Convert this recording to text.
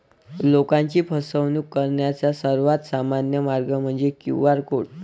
लोकांची फसवणूक करण्याचा सर्वात सामान्य मार्ग म्हणजे क्यू.आर कोड